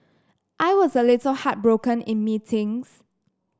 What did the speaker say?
I was a little heartbroken in meetings